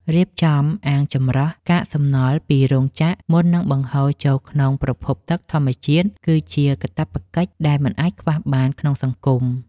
រៀបចំអាងចម្រោះកាកសំណល់ពីរោងចក្រមុននឹងបង្ហូរចូលក្នុងប្រភពទឹកធម្មជាតិគឺជាកាតព្វកិច្ចដែលមិនអាចខ្វះបានក្នុងសង្គម។